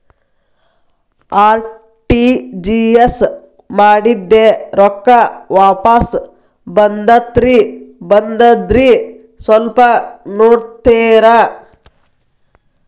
RTGS ಮಾಡಿದ್ದೆ ರೊಕ್ಕ ವಾಪಸ್ ಬಂದದ್ರಿ ಸ್ವಲ್ಪ ನೋಡ್ತೇರ?